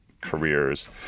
careers